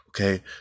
Okay